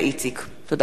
תודה